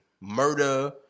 Murder